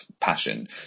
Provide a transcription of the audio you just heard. passion